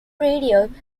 periods